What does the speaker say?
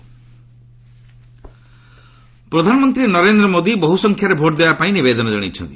PM appeal ପ୍ରଧାନମନ୍ତ୍ରୀ ନରେନ୍ଦ୍ର ମୋଦି ବହୁ ସଂଖ୍ୟାରେ ଭୋଟ୍ ଦେବାପାଇଁ ନିବେଦନ ଜଣାଇଛନ୍ତି